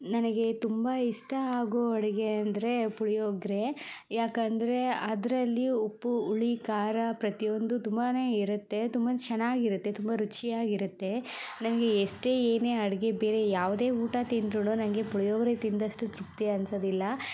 ನನಗೆ ತುಂಬ ಇಷ್ಟ ಆಗೋ ಅಡುಗೆ ಅಂದರೆ ಪುಳಿಯೋಗರೆ ಯಾಕಂದರೆ ಅದರಲ್ಲಿ ಉಪ್ಪು ಹುಳಿ ಖಾರ ಪ್ರತಿಯೊಂದು ತುಂಬಾ ಇರತ್ತೆ ತುಂಬ ಚೆನ್ನಾಗಿರತ್ತೆ ತುಂಬ ರುಚಿಯಾಗಿರತ್ತೆ ನನಗೆ ಎಷ್ಟೇ ಏನೇ ಅಡುಗೆ ಬೇರೆ ಯಾವುದೇ ಊಟ ತಿಂದ್ರು ನನಗೆ ಪುಳಿಯೋಗರೆ ತಿಂದಷ್ಟು ತೃಪ್ತಿ ಅನ್ಸೋದಿಲ್ಲ